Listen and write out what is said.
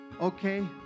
okay